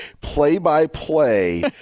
play-by-play